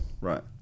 Right